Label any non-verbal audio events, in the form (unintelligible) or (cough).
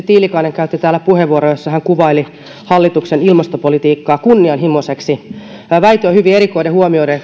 (unintelligible) tiilikainen käytti täällä puheenvuoron jossa hän kuvaili hallituksen ilmastopolitiikkaa kunnianhimoiseksi väite on hyvin erikoinen huomioiden